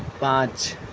پانچ